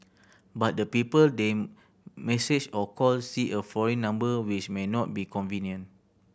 but the people they message or call see a foreign number which may not be convenient